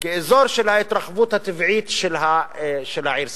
כאזור ההתרחבות הטבעית של העיר סח'נין.